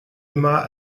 immer